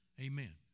Amen